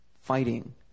fighting